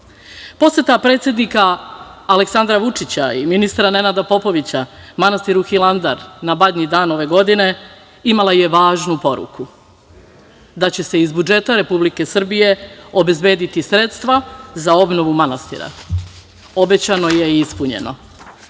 predsednika Aleksandra Vučića i ministra Nenada Popovića manastiru Hilandar na Badnji dan ove godine imala je važnu poruku, da će se iz budžeta Republike Srbije obezbediti sredstva za obnovu manastira. Obećano je i ispunjeno.